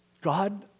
God